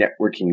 networking